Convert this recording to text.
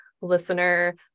listener